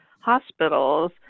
hospitals